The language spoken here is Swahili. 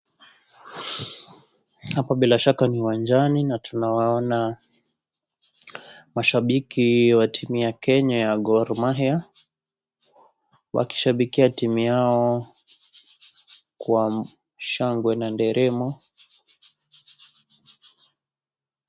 Hapa bila shaka ni uwanjani na tunawaona mashabiki wa timu ya Kenya ya Gor Mahia. Wakishabikia timu yao kwa shangwe na nderemo.